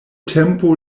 tempo